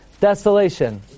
desolation